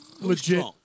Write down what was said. legit